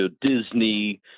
Disney